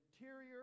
interior